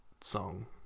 song